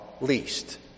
least